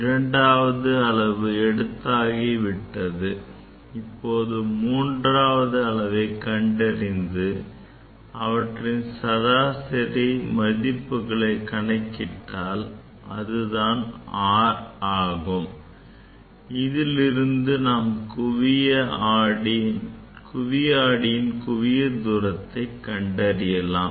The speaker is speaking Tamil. இரண்டாவது அளவு எடுத்தாகி விட்டது இப்போது மூன்றாவது அளவை கண்டறிந்து அவற்றின் சராசரி மதிப்புகளை கணக்கிட்டால் அதுதான் R ஆகும் இதிலிருந்து நாம் குவி ஆடியின் குவியத் தூரத்தை கண்டறியலாம்